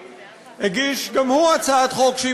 סעדי הגיש גם הוא הצעת חוק,